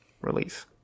release